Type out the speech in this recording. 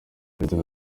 perezida